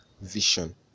Vision